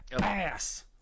ass